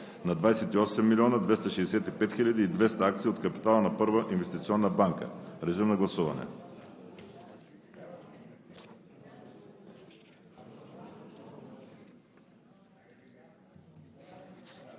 на 28 млн. 265 хил. 200 акции от капитала на „Първа инвестиционна банка“ АД.“ Режим на гласуване.